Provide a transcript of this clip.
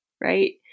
right